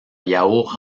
yaourt